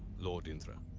lord indra.